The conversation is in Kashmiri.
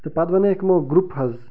تہٕ پتہٕ بنٲے تِمَو گرٛوٗپ حظ